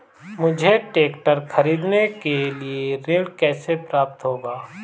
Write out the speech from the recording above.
मुझे ट्रैक्टर खरीदने के लिए ऋण कैसे प्राप्त होगा?